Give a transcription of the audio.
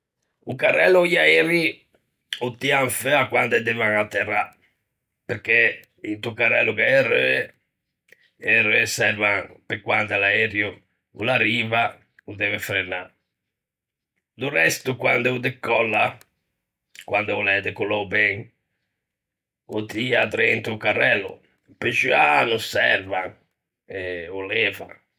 O carrello i aeri ô tian feua quande devan atterâ, perché into carrello gh'é e reue, e e reue servan pe quande l'aerio o l'arriva o deve frenâ; do resto, quande o decòlla, quande o l'é decollou ben, o tia drento o carrello; pe xuâ no servan, e ô levan.